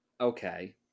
Okay